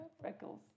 freckles